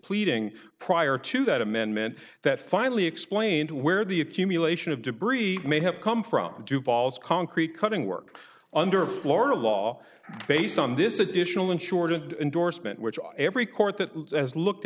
pleading prior to that amendment that finally explained where the accumulation of debris may have come from duvall's concrete cutting work under florida law based on this additional insured endorsement which every court that has looked